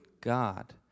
god